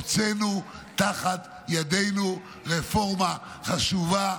הוצאנו תחת ידינו רפורמה חשובה,